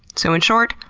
so in short,